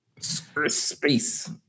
space